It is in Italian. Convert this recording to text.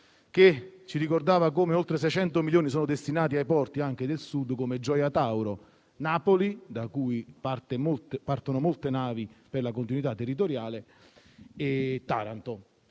ci ricordava come oltre 600 milioni siano destinati ai porti, anche del Sud, come Gioia Tauro, Napoli (da cui partono molte navi per la continuità territoriale) e Taranto.